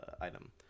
item